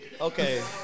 Okay